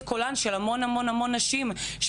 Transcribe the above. קיבלתי את קולן של הרבה נשים שביקשו